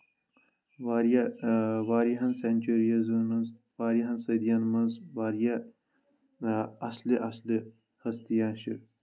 واریاہ واریاہَن سینچریٖزن منٛز واریاہن صدیَن منٛز واریاہ اصلہِ اصلہِ ہستیاں چھِ